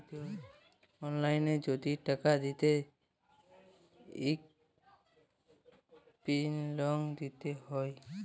অললাইল যদি টাকা দিতে চায় ইক পিল লম্বর দিতে হ্যয়